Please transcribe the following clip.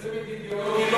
צמד אידיאולוגי לא,